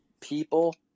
people